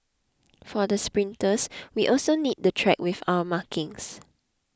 for the sprinters we also need the track with our markings